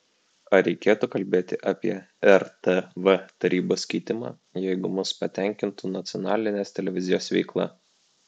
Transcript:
ar reikėtų kalbėti apie rtv tarybos keitimą jeigu mus patenkintų nacionalinės televizijos veikla